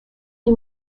you